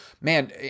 man